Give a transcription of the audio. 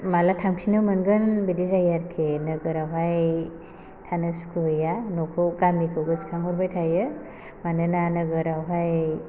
माला थांफिननो मोनगोन बिदि जायो आरोखि नोगोरावहाय थानो सुखुहैया न'खौ गामिखौ गोसोखांहरबाय थायो मानोना नोगोरावहाय